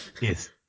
Yes